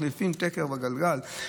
מחליפים תקר בגלגל,